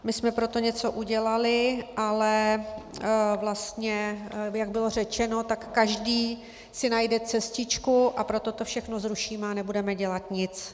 My jsme pro to něco udělali, ale vlastně jak bylo řečeno, tak každý si najde cestičku, a proto to všechno zrušíme a nebudeme dělat nic.